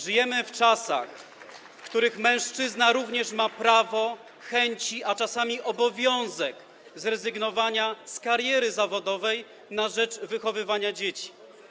Żyjemy w czasach, w których mężczyzna również ma prawo, chęci, a czasami obowiązek zrezygnowania z kariery zawodowej na rzecz wychowywania dzieci.